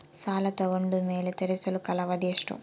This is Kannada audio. ಸಾಲ ತಗೊಂಡು ಮೇಲೆ ತೇರಿಸಲು ಕಾಲಾವಧಿ ಎಷ್ಟು?